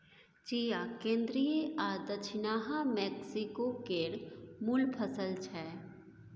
चिया केंद्रीय आ दछिनाहा मैक्सिको केर मुल फसल छै